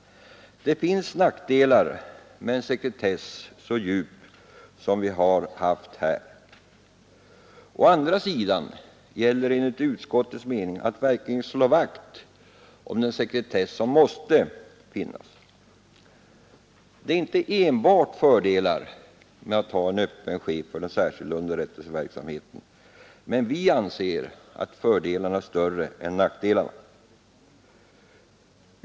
Det finns nackdelar med en sekretess så djup som den vi har haft här. Å andra sidan gäller det enligt utskottets mening att verkligen slå vakt om den sekretess som måste finnas. Det är inte enbart fördelar med att ha en öppen chef för den särskilda underrättelseverksamheten, men vi anser att fördelarna är större än nackdelarna.